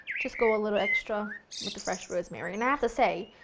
just go a little extra with the fresh rosemary, and i have to say,